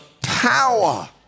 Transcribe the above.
power